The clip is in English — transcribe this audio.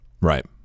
Right